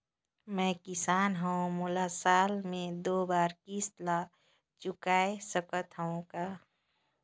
मैं किसान हव मोला साल मे दो बार किस्त ल चुकाय सकत हव का?